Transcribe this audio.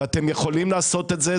ואתם יכולים לעשות את זה,